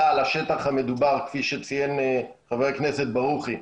על השטח המדובר כפי שציין חבר הכנסת ברוכי,